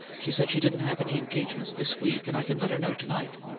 she said she didn't have any engagements this week, and i can let her know to-night.